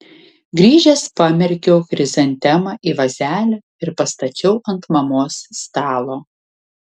grįžęs pamerkiau chrizantemą į vazelę ir pastačiau ant mamos stalo